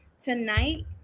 tonight